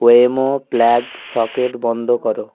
Waymo plug socket বন্ধ করো